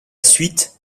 suite